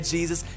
Jesus